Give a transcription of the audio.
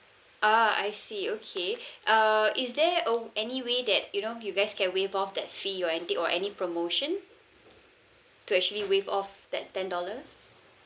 oh I see okay uh is there uh any way that you know you guys can waive off that fee or anything or any promotion to actually waive off that ten dollar